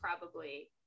probably-